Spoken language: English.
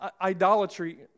idolatry